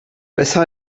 besser